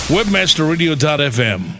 WebmasterRadio.fm